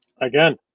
Again